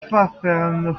pfaffenhoffen